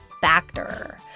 Factor